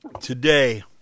Today